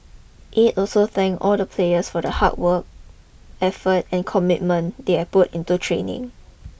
Aide also thank all of the players for the hard work effort and commitment they had put into training